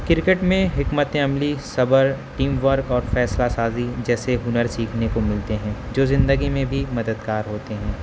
cricket میں حکمت عملی صبر ٹیم ورک اور فیصلہ سازی جیسے ہنر سیکھنے کو ملتے ہیں جو زندگی میں بھی مددگار ہوتے ہیں